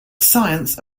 science